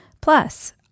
Plus